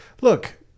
look